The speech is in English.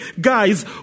guys